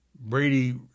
Brady